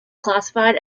classified